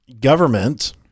government